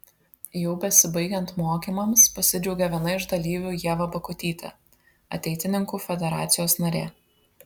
jau besibaigiant mokymams pasidžiaugė viena iš dalyvių ieva bakutytė ateitininkų federacijos narė